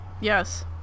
Yes